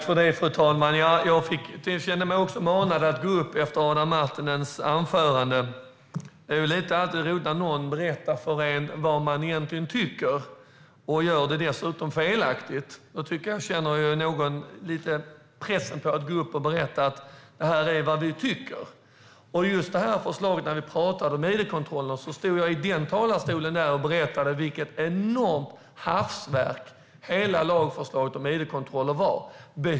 Fru talman! Jag kände mig också manad att gå upp efter Adam Marttinens anförande. Det är ju lite roligt när någon berättar för en vad man egentligen tycker och dessutom gör det felaktigt. Jag känner någon liten press att gå upp och berätta att det här är vad vi tycker. När det gäller förslaget om id-kontroller stod jag i talarstolen och berättade vilket enormt hafsverk hela lagförslaget om id-kontroller var.